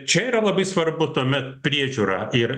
čia yra labai svarbu tuomet priežiūra ir